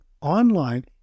online